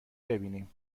ببینیم